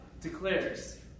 declares